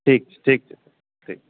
ठीक छै ठीक छै सर ठीक